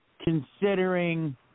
considering